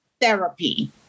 therapy